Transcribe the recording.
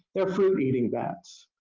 they are fruit eating bats.